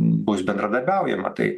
bus bendradarbiaujama tai